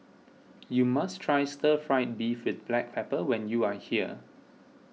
you must try Stir Fried Beef with Black Pepper when you are here